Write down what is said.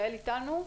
יעל אתנו?